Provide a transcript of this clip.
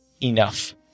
enough